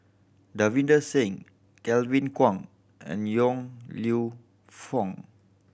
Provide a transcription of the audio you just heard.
Davinder Singh Kevin Kwan and Yong Lew Foong